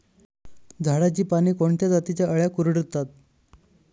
झाडाची पाने कोणत्या जातीच्या अळ्या कुरडतात?